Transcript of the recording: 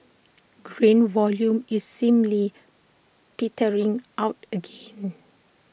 grain volume is seemingly petering out again